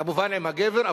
כמובן עם הגבר,